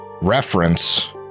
reference